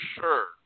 sure